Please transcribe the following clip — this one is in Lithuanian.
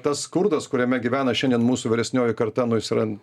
tas skurdas kuriame gyvena šiandien mūsų vyresnioji karta nu jis yra